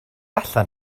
allan